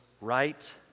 right